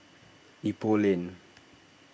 Ipoh Lane